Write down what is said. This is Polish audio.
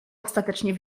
ostatecznie